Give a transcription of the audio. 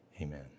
Amen